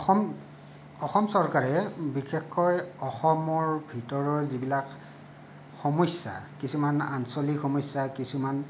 অসম অসম চৰকাৰে বিশেষকৈ অসমৰ ভিতৰৰ যিবিলাক সমস্যা কিছুমান আঞ্চলিক সমস্যা কিছুমান